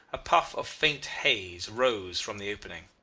a puff of faint haze, rose from the opening.